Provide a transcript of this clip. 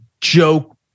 joke